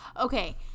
okay